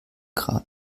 kram